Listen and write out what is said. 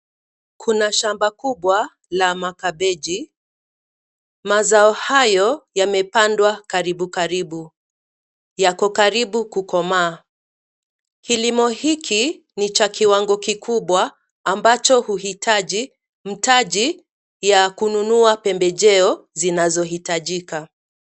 Kuna shamba kubwa la makabeji. Mazao hayo yamepandwa karibu karibu. Yako karibu kukomaa. Kilimo hiki ni cha kiwango kikubwa ambacho huhitaji mtaji ya kununua pembejeo zinazohitajika